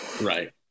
right